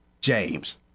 James